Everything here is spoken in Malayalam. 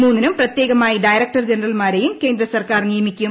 മൂന്നിനും പ്രത്യേകമായി ഡയറക്ടർ ജനറൽമാരെയും കേന്ദ്ര സർക്കാർ നിയമിക്കും